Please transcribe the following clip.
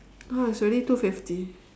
!huh! it's already two fifty